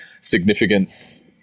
significance